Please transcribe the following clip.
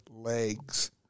legs